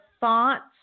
thoughts